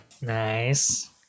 Nice